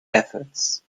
efforts